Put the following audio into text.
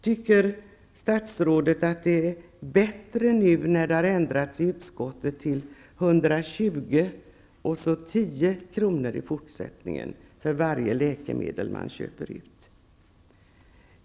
Tycker statsrådet att det är bättre nu, när det i utskottet har ändrats till 120 kr., och i fortsättningen 10 kr. för varje läkemedel man köper ut?